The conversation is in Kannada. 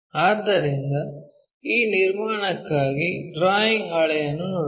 ಆದ್ದರಿಂದ ಈ ನಿರ್ಮಾಣಕ್ಕಾಗಿ ಡ್ರಾಯಿಂಗ್ ಹಾಳೆಯನ್ನು ನೋಡೋಣ